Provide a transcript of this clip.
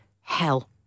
hell